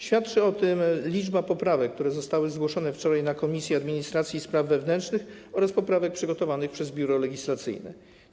Świadczy o tym liczba poprawek, które zostały zgłoszone wczoraj na posiedzeniu Komisji Administracji i Spraw Wewnętrznych, oraz poprawek przygotowanych przez Biuro Legislacyjne.